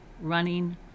running